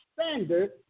standard